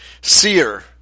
Seer